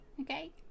Okay